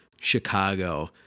Chicago